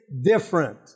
different